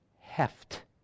heft